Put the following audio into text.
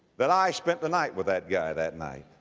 that i spent the night with that guy that night?